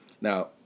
Now